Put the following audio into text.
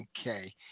Okay